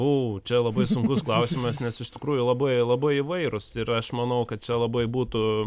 o čia labai sunkus klausimas nes iš tikrųjų labai labai įvairūs ir aš manau kad čia labai būtų